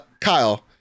Kyle